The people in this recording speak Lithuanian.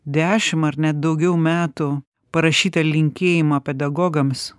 dešimt ar net daugiau metų parašytą linkėjimą pedagogams